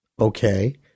okay